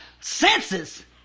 senses